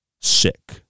sick